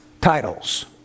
titles